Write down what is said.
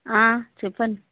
చెప్పండి